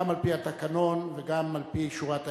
גם על-פי התקנון וגם על-פי שורת ההיגיון,